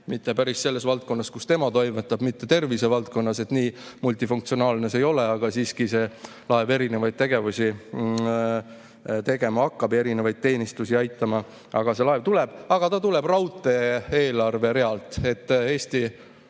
mitte päris selles valdkonnas, kus tema toimetab, mitte tervisevaldkonnas, nii multifunktsionaalne see ei ole, aga siiski see laev erinevaid tegevusi tegema hakkab, erinevaid teenistusi aitama. See laev tuleb, aga ta tuleb raudtee eelarverealt, Eesti